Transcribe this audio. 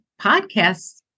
Podcasts